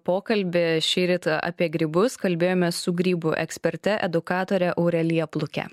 pokalbį šįryt apie grybus kalbėjomės su grybų eksperte edukatore aurelija pluke